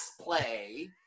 play